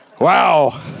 wow